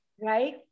Right